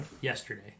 Yesterday